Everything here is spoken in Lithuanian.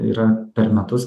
yra per metus